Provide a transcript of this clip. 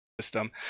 system